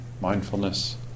Mindfulness